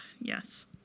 yes